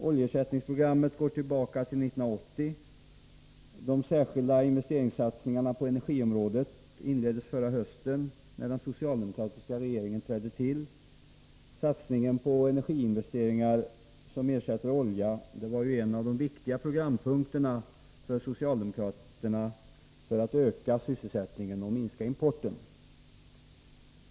Oljeersättningsprogrammet går tillbaka till 1980. De särskilda investerings satsningarna på energiområdet inleddes förra hösten, när den socialdemokratiska regeringen trädde till. Satsningen på energiinvesteringar som ersätter olja var en av de programpunkter som vi socialdemokrater ansåg viktiga vad gäller att öka sysselsättningen och minska importen.